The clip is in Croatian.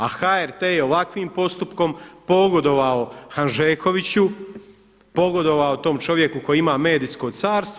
A HRT je ovakvim postupkom pogodovao Hanžekoviću, pogodovao tom čovjeku koji ima medijsko carstvo.